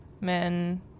men